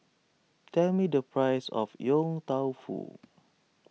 tell me the price of Yong Tau Foo